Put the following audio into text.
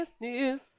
news